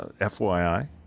FYI